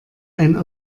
ein